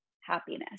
happiness